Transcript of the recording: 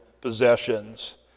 possessions